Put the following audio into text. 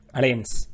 Alliance